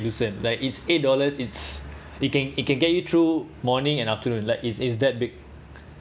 loosen like it's eight dollars it's it can it can get you through morning and afternoon like it's it's that big